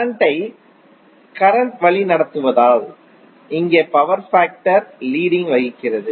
current ஐ current வழிநடத்துவதால் இங்கே பவர் ஃபேக்டர் லீடிங் வகிக்கிறது